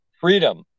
freedom